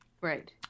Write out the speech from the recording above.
right